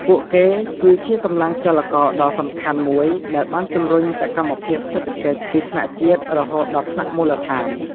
ពួកគេ គឺជាកម្លាំងចលករដ៏សំខាន់មួយដែលបានជំរុញសកម្មភាពសេដ្ឋកិច្ចពីថ្នាក់ជាតិរហូតដល់ថ្នាក់មូលដ្ឋាន។